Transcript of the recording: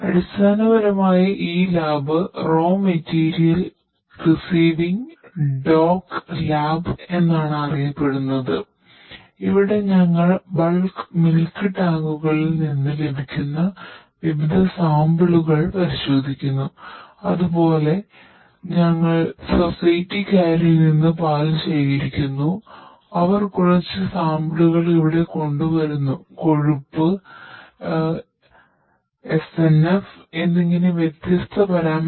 അടിസ്ഥാനപരമായി ഈ lab raw milk receiving dock lab ഞാൻ നിങ്ങൾക്ക് കാണിച്ചുതരാം